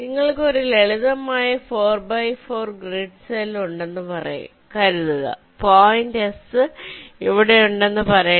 നിങ്ങൾക്ക് ഒരു ലളിതമായ 4 ബൈ 4 ഗ്രിഡ് സെൽ ഉണ്ടെന്ന് കരുതുക പോയിന്റ് എസ് ഇവിടെ ഉണ്ടെന്ന് പറയട്ടെ